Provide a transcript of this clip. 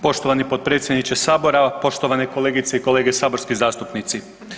Poštovani potpredsjedniče Sabora, poštovane kolegice i kolege saborski zastupnici.